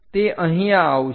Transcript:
તે અહીંયા આવશે